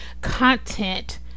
content